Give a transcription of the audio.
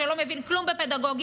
שלא מבין כלום בפדגוגיה,